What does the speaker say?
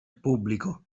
pubblico